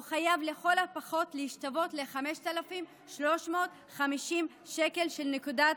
הוא חייב לכל הפחות להשתוות ל-5,350 שקל של נקודת